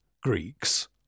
Greeks